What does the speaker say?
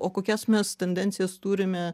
o kokias mes tendencijas turime